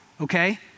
okay